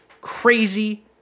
crazy